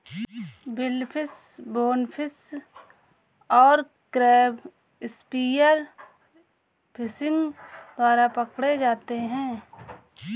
billfish, bonefish और crab spear fishing द्वारा पकड़े जाते हैं